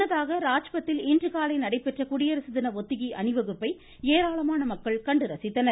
முன்னதாக ராஜ்பத்தில் இன்று காலை நடைபெற்ற குடியரசு தின ஒத்திகை அணிவகுப்பை ஏராளமான மக்கள் கண்டு ரசித்தனர்